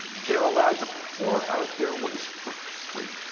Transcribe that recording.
they're allowed to pour out their waste for free.